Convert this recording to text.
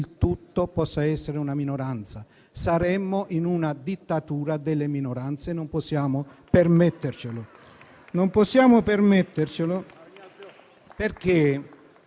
tutto possa essere una minoranza. Saremmo in una dittatura delle minoranze e non possiamo permettercelo. Non possiamo permettercelo perché